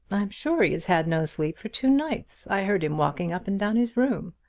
i am sure he has had no sleep for two nights. i heard him walking up and down his room.